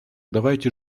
давайте